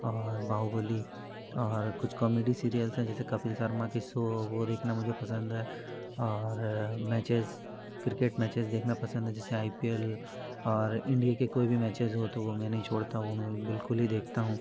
और बाहुबली और कुछ कॉमेडी सीरियल्स है जैसे कपिल सर्मा के सो वो देखना मुझे पसंद है और मैचेस क्रिकेट मैचेस देखना पसंद है जैसे आई पी एल और इंडिया के कोई भी मैचेज़ हो तो मैं नहीं छोड़ता हूँ वो मैं बिल्कुल ही देखता हूँ